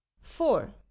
Four